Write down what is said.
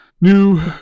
new